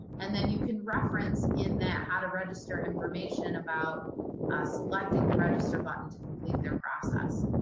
and then you can reference in that how to register information about selecting the register button to complete their process.